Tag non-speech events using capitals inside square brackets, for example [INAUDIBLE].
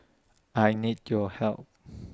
I need your help [NOISE]